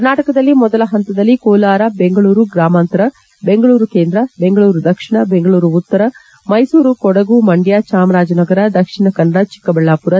ಕರ್ನಾಟಕದಲ್ಲಿ ಮೊದಲ ಹಂತದಲ್ಲಿ ಕೋಲಾರ ಬೆಂಗಳೂರು ಗ್ರಾಮಾಂತರ ಬೆಂಗಳೂರು ಕೇಂದ್ರ ಬೆಂಗಳೂರು ದಕ್ಷಿಣ ಬೆಂಗಳೂರು ಉತ್ತರ ಮೈಸೂರು ಕೊಡಗು ಮಂಡ್ಹ ಚಾಮರಾಜನಗರ ದಕ್ಷಿಣ ಕನ್ನಡ ಚಿಕ್ಕಬಳ್ಳಾಪುರ